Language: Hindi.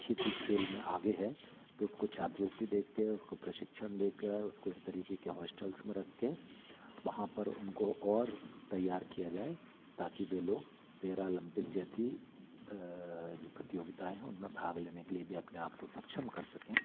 किसी खेल में आगे है तो उसको छात्रवृत्ति देके उसको प्रशिक्षण देकर उसको इस तरीके के हॉस्टल्स में रख के वहाँ पर उनको और तैयार किया जाए ताकि वे लोग पेरा अलोम्पिक जैसी जो प्रतियोगिताऍं हों उनमें भाग लेने के लिए भी अपने आप को सक्षम कर सकें